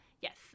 yes